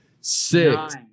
six